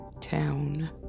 town